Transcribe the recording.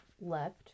left